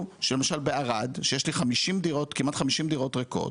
שלמשל בערד שיש לי כמעט חמישים דירות ריקות,